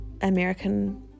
American